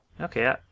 Okay